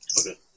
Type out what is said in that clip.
Okay